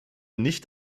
nicht